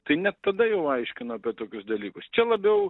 tai net tada jau aiškino apie tokius dalykus čia labiau